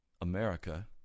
America